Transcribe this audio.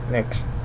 Next